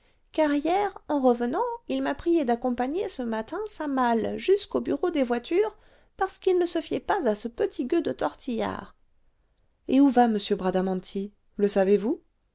hier en revenant il m'a priée d'accompagner ce matin sa malle jusqu'au bureau des voitures parce qu'il ne se fiait pas à ce petit gueux de tortillard et où va m bradamanti le